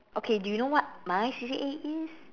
okay do you know what my C_C_A is